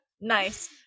nice